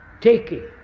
taking